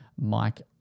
mike